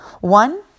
One